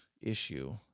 issue